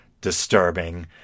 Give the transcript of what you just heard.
disturbing